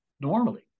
normally